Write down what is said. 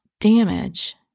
damage